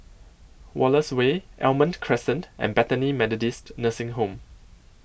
Wallace Way Almond Crescent and Bethany Methodist Nursing Home